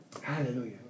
Hallelujah